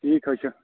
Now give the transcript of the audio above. ٹھیٖک حظ چھُ